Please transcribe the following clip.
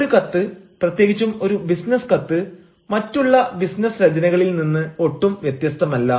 ഒരു കത്ത് പ്രത്യേകിച്ചും ഒരു ബിസിനസ് കത്ത് മറ്റുള്ള ബിസിനസ് രചനകളിൽ നിന്ന് ഒട്ടും വ്യത്യസ്തമല്ല